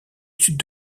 sud